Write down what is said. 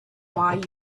why